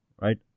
right